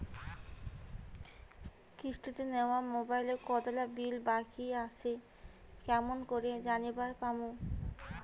কিস্তিতে নেওয়া মোবাইলের কতোলা বিল বাকি আসে কেমন করি জানিবার পামু?